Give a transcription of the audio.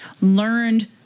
learned